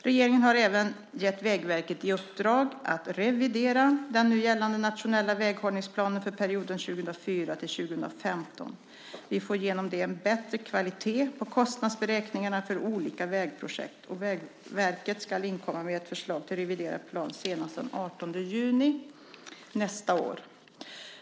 Regeringen har även gett Vägverket i uppdrag att revidera den nu gällande nationella väghållningsplanen för perioden 2004-2015. Vi får genom det en bättre kvalitet på kostnadsberäkningarna för olika vägprojekt. Vägverket ska inkomma med ett förslag till reviderad plan senast den 18 juni nästa år.